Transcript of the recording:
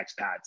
expats